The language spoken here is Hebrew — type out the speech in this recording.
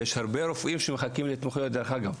ויש הרבה רופאים שמחכים להתמחויות, דרך אגב.